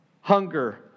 Hunger